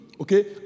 okay